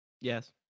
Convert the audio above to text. Yes